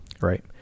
Right